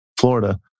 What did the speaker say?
Florida